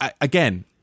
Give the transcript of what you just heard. again